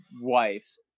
wives